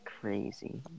crazy